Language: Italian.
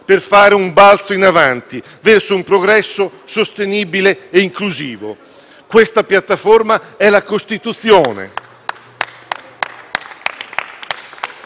per fare un balzo in avanti verso un progresso sostenibile e inclusivo. Questa piattaforma è la Costituzione.